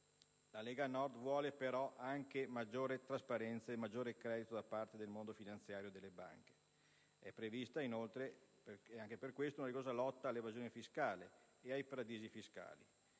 La Lega Nord vuole però anche maggiore trasparenza e maggior credito da parte del mondo finanziario e delle banche. È prevista inoltre, anche per questo, una rigorosa lotta all'evasione fiscale e ai paradisi fiscali: